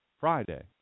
Friday